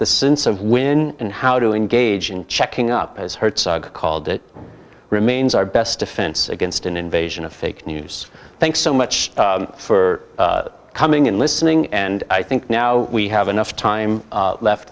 the sense of when and how to engage in checking up as hertzog called it remains our best defense against an invasion of fake news thanks so much for coming and listening and i think now we have enough time left